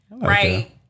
right